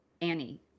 Annie